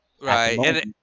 right